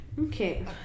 Okay